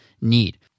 need